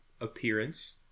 appearance